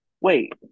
Wait